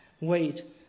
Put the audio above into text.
wait